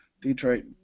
Detroit